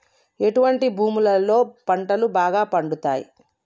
ఎటువంటి భూములలో పంటలు బాగా పండుతయ్?